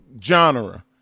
genre